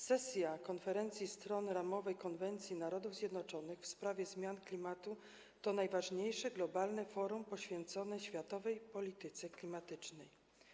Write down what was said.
Sesja Konferencji Stron Ramowej konwencji Narodów Zjednoczonych w sprawie zmian klimatu to najważniejsze globalne forum poświęcone światowej polityce klimatycznej.